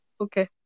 Okay